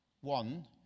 One